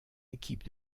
équipe